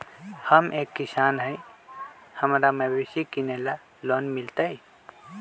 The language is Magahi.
हम एक किसान हिए हमरा मवेसी किनैले लोन मिलतै?